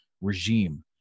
regime